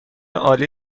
عالی